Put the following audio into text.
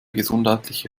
gesundheitliche